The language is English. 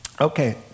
Okay